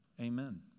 Amen